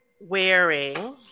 wearing